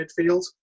midfield